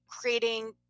creating